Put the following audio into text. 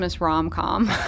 rom-com